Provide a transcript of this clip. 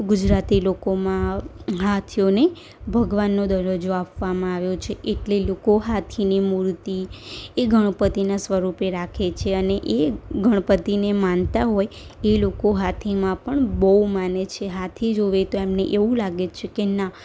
ગુજરાતી લોકોમાં હાથીઓને ભગવાનનો દરજ્જો આપવામાં આવ્યો છે એટલે લોકો હાથીની મૂર્તિ એ ગણપતિનાં સ્વરૂપે રાખે છે અને એ ગણપતિને માનતા હોય એ લોકો હાથીમાં પણ બહુ માને છે હાથી જુએ તો એમને એવું લાગે છે કે ના